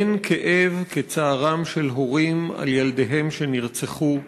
אין כאב כצערם של הורים על ילדיהם שנרצחו,